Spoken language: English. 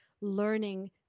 learning